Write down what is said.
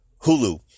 Hulu